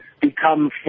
become